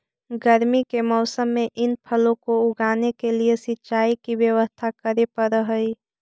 गर्मी के मौसम में इन फलों को उगाने के लिए सिंचाई की व्यवस्था करे पड़अ हई